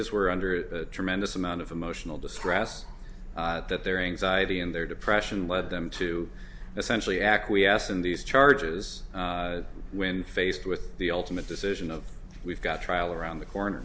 is were under a tremendous amount of emotional distress that their anxiety and their depression led them to essentially acquiesce in these charges when faced with the ultimate decision of we've got trial around the corner